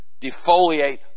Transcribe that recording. defoliate